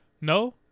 No